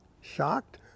Shocked